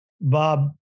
Bob